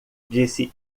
disse